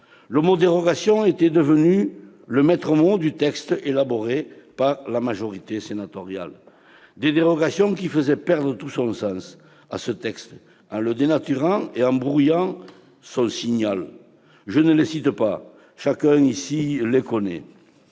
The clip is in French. terme « dérogation » était devenu le maître mot du texte élaboré par la majorité sénatoriale. Ces dérogations faisaient perdre tout son sens à ce texte en le dénaturant et en en brouillant le signal. Je ne les cite pas, chacun ici les connaît,